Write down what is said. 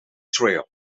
trail